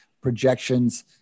projections